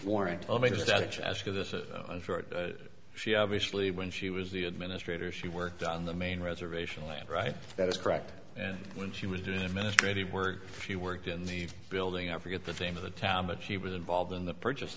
short she obviously when she was the administrator she worked on the main reservation land right that is correct and when she was doing administrative work she worked in the building i forget the theme of the town but she was involved in the purchase